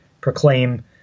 proclaim